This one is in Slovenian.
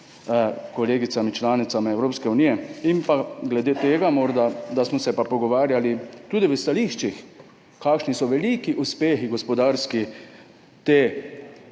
kolegicami, članicami Evropske unije? Glede tega morda to, da smo se pogovarjali tudi v stališčih, kakšni so veliki gospodarski